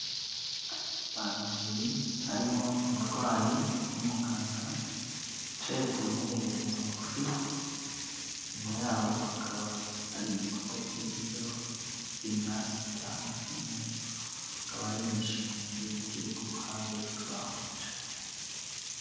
Abantu babiri harimo umurwayi n'umuganga, bicaye ku ntebe ndende ngufi, inyuma yabo hakaba hari igikuta cyegetseho imyasi cyangwa se inkwi, hakaba hari n'igishitingi kiri ku ruhande rw'aho bicaye.